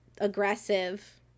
aggressive